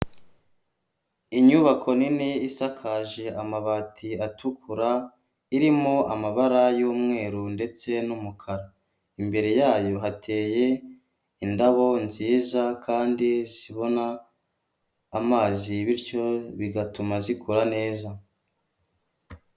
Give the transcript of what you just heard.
Inyubako nini isakaje amabati atukura, irimo amabara y'umweru ndetse n'umukara, imbere yayo hateye indabo nziza kandi zibona amazi bityo bigatuma zikura neza.